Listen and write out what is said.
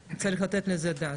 צריך לתת על זה את הדעת.